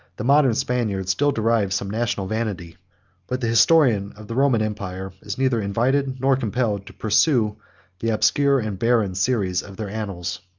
the modern spaniards still derive some national vanity but the historian of the roman empire is neither invited, nor compelled, to pursue the obscure and barren series of their annals.